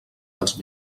dels